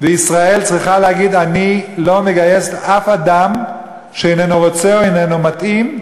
ישראל צריכה להגיד: אני לא מגייסת אף אדם שאיננו רוצה או איננו מתאים.